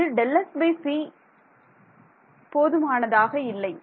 இது Δsc என்பது போதுமானதாக இல்லை